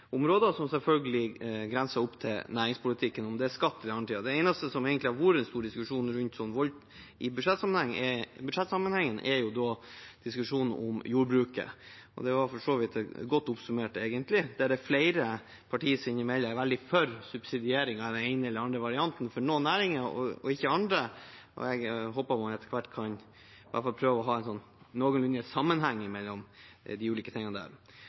områder, som selvfølgelig grenser opp til næringspolitikken – om det er skatt eller andre ting. Det eneste som det har vært en stor diskusjon om i budsjettsammenheng, er jordbruket. Det var for så vidt godt oppsummert, at det er flere partier som innimellom er veldig for subsidiering av den ene eller den andre varianten av noen næringer, og ikke andre. Jeg håper man etter hvert kan prøve å ha en noenlunde sammenheng mellom de ulike tingene der.